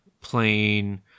plain